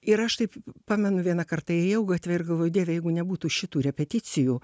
ir aš taip p pamenu vieną kartą ėjau gatve ir galvoju dieve jeigu nebūtų šitų repeticijų